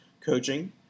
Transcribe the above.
coaching